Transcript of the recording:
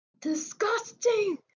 Disgusting